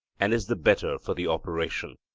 and is the better for the operation.